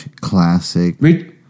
classic